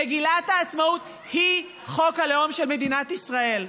מגילת העצמאות היא חוק הלאום של מדינת ישראל.